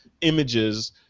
images